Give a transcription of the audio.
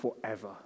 forever